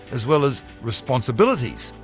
as well as responsibilities.